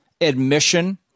admission